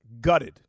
gutted